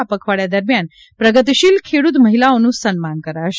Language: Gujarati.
આ પખવાડીયા દરમિયાન પ્રગતિશીલ ખેડૂત મહિલાઓનું સન્માન કરાશે